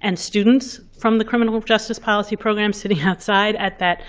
and students from the criminal justice policy program sitting outside at that